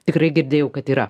tikrai girdėjau kad yra